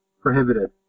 prohibited